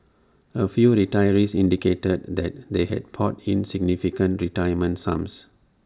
A few retirees indicated that they had poured in significant retirement sums